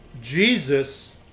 Jesus